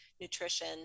nutrition